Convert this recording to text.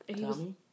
Tommy